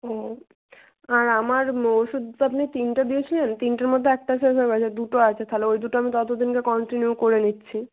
ও আর আমার ওষুদ তো আপনি তিনটে দিয়েছিলেন তিনটের মধ্যে একটা শেষ হয়ে গেছে দুটো আছে তাহলে ওই দুটো আমি তত দিন কন্টিনিউ করে নিচ্ছি